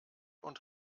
und